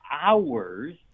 hours